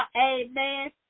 Amen